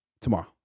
tomorrow